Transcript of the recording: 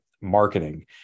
marketing